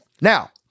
Now